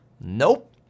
Nope